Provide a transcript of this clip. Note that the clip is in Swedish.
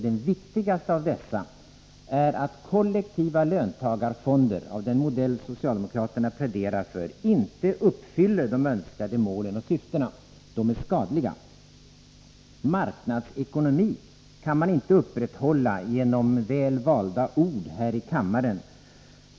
Den viktigaste av dessa är att kollektiva löntagarfonder av den modell som socialdemokraterna pläderar för inte uppfyller de önskade målen och syftena. De kollektiva fonderna är skadliga. Marknadsekonomin kan man inte upprätthålla genom väl valda ord här i kammaren.